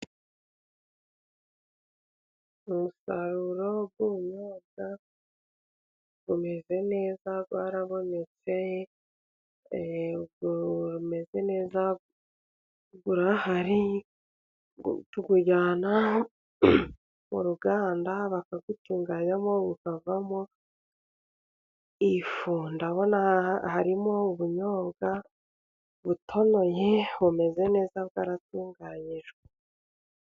Umusaruro w'ubunyobwa bumeze neza, bwarabonetse, bumeze neza, burahari, tubujyana mu ruganda, bakabutunganyamo bukavamo ifu, ndabona harimo ubunyobwa butonoye, bumeze neza bwaratunganyijwe.